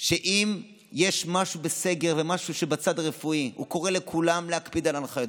שאם יש משהו בסגר ומשהו שבצד הרפואי הוא קורא לכולם להקפיד על ההנחיות.